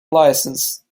licence